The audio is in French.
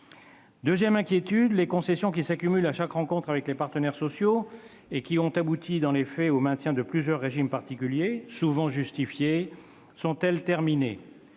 Deuxième inquiétude, les concessions qui s'accumulent à chaque rencontre avec les partenaires sociaux et qui ont abouti dans les faits au maintien de plusieurs régimes particuliers, souvent justifiés, sont-elles terminées ?